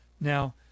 Now